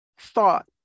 Thought